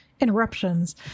interruptions